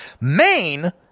Maine